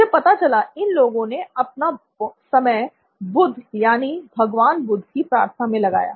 मुझे पता चला इन लोगों ने अपना बहुत समय बुध यानी भगवान बुद्ध की प्रार्थना में लगाया